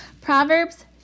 proverbs